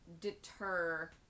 deter